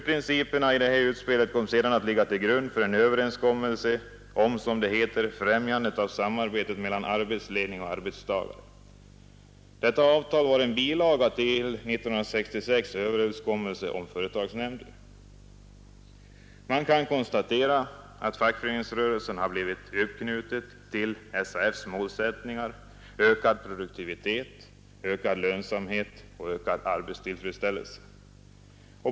Principerna i detta utspel kom sedan att ligga till grund för en överenskommelse om, som det heter, ”främjandet av samarbetet mellan arbetsledning och arbetstagare”. Detta avtal var en bilaga till 1966 års överenskommelse om företagsnämnder. Det kan konstateras att fackföreningsrörelsen har blivit helt uppknuten till SAF:s målsättningar om, såsom det heter, ökad produktivitet, ökad lönsamhet och ökad arbetstillfredsställelse.